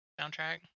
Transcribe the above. Soundtrack